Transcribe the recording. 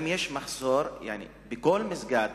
במסגדים,